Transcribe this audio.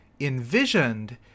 envisioned